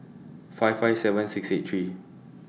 five five seven six eight three